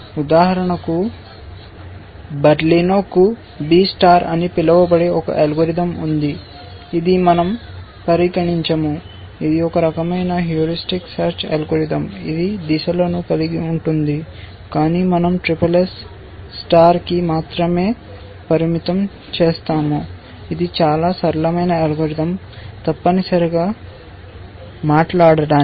ఉదాహరణకు బెర్లినో కు B స్టార్ అని పిలువబడే ఒక అల్గోరిథం ఉంది ఇది మన০ పరిగణించము ఇది ఒక రకమైన హ్యూరిస్టిక్ సెర్చ్ అల్గోరిథం ఇది దిశలను కలిగి ఉంటుంది కాని మనం SSS నక్షత్రానికి మాత్రమే పరిమితం చేస్తాము ఇది చాలా సరళమైన అల్గోరిథం తప్పనిసరిగా మాట్లాడటానికి